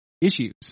issues